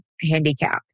handicap